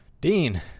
Dean